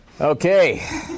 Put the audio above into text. Okay